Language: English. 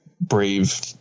brave